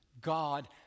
God